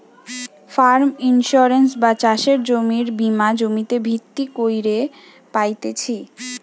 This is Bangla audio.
ফার্ম ইন্সুরেন্স বা চাষের জমির বীমা জমিতে ভিত্তি কইরে পাইতেছি